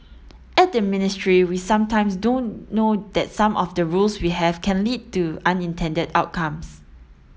at the ministry we sometimes don't know that some of the rules we have can lead to unintended outcomes